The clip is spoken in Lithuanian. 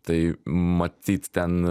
tai matyt ten